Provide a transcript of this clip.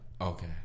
Okay